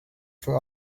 for